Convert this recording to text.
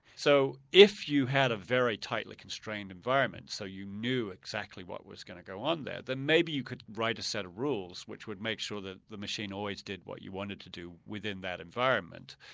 so if you had a very tightly constrained environment, so you knew exactly what was going to go on there, then maybe you could write a set of rules which would make sure that the machine always did what you wanted it to do within that environment.